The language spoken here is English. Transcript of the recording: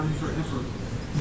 forever